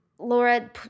Laura